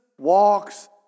walks